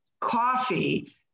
coffee